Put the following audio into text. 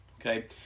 okay